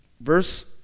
verse